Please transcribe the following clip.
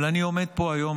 אבל אני עומד פה היום,